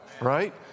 Right